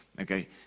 Okay